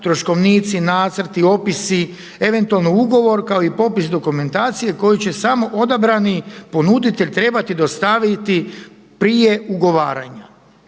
troškovnici, nacrti, opisi, eventualno ugovor kao i popis dokumentacije koju će samo odabrani ponuditelj trebati dostaviti prije ugovaranja,